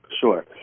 Sure